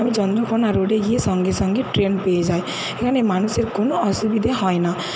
আমি চন্দ্রকোনা রোডে গিয়ে সঙ্গে সঙ্গে ট্রেন পেয়ে যাই এখানে মানুষের কোনো অসুবিধে হয় না